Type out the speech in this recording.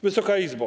Wysoka Izbo!